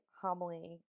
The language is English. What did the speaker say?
homily